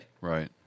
Right